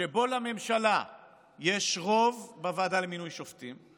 שבו לממשלה יש רוב בוועדה למינוי שופטים,